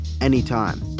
anytime